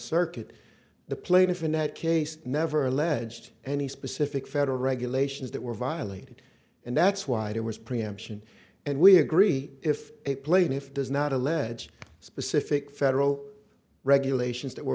circuit the plaintiff in that case never alleged any specific federal regulations that were violated and that's why there was preemption and we agree if a plane if does not allege specific federal regulations that were